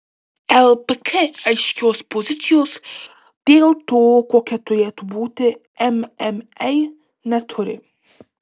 lpk aiškios pozicijos dėl to kokia turėtų būti mma neturi